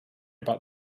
about